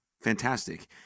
fantastic